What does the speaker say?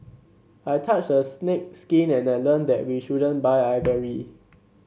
I touched a snake's skin and I learned that we shouldn't buy ivory